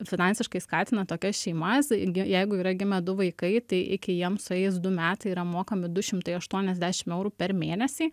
finansiškai skatina tokias šeimas jeigu yra gimę du vaikai tai iki jiems sueis du metai yra mokami du šimtai aštuoniasdešimt eurų per mėnesį